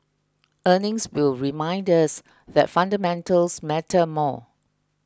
earnings will remind us that fundamentals matter more